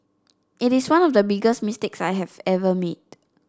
it is one of the biggest mistake I have ever made